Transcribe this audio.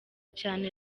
cyane